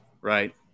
right